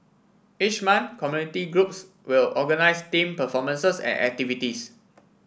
each month community groups will organise themed performances and activities